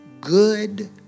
good